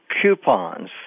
coupons